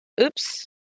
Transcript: Oops